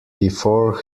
before